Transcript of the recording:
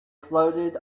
floated